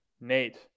Nate